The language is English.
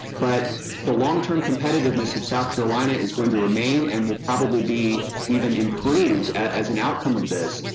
but the long term competitiveness of south carolina is going to remain and will probably be even improved as an outcome of this.